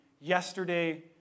yesterday